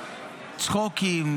צחוקים,